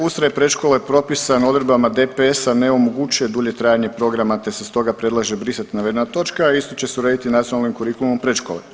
Ustroj predškole je propisan odredbama DPS-a ne omogućuje dulje trajanje programa, te se stoga predlaže brisati navedena točka, a isto će se urediti Nacionalnim kurikulumom predškole.